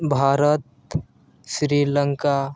Bharat Sri Lanka